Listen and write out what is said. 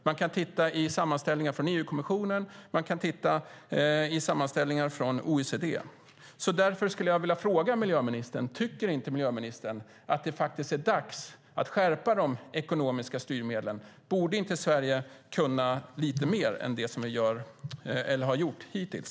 Man kan titta i sammanställningar från EU-kommissionen. Man kan titta i sammanställningar från OECD. Därför skulle jag vilja fråga miljöministern: Tycker inte miljöministern att det är dags att skärpa de ekonomiska styrmedlen? Borde inte Sverige kunna lite mer än det som vi har gjort hittills?